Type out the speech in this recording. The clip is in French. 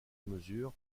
mesure